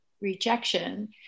rejection